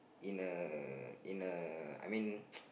in a in a I mean